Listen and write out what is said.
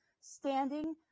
standing